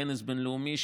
כנס בין-לאומי,